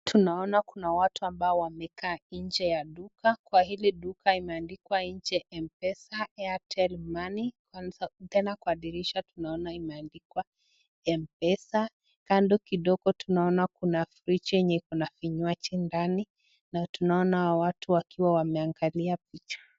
Tunaona kuna watu ambao wamekaa nje ya duka. Kwa hili duka imeandikwa nje M-pesa, Airtel Money. Tena kwa dirisha tunaona imeandikwa M-pesa. Kando kidogo tunaona kuna fridge yenye iko na vinywaji ndani. Na tunaona hawa watu wakiwa wameangalia picha.